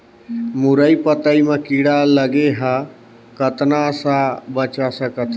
मुरई पतई म कीड़ा लगे ह कतना स बचा सकथन?